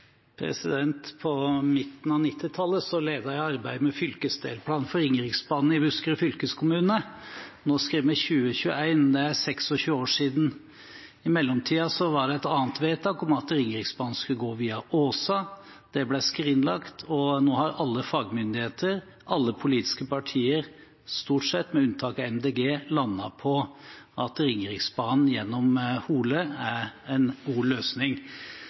På midten av 1990-tallet ledet jeg arbeidet med fylkesdelplan for Ringeriksbanen i Buskerud fylkeskommune. Nå skriver vi 2021, så det er 26 år siden. I mellomtiden var det et annet vedtak om at Ringeriksbanen skulle gå via Åsa; det ble skrinlagt. Nå har alle fagmyndigheter, alle politiske partier – stort sett, med unntak av Miljøpartiet De Grønne – landet på at Ringeriksbanen gjennom Hole er en god løsning.